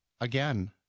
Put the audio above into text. again